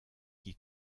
qui